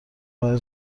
برای